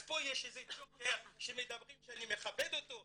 אז פה יש איזה --- שאני מכבד אותו,